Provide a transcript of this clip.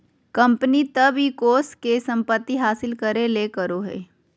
company तब इ कोष के संपत्ति हासिल करे ले करो हइ